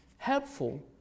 Helpful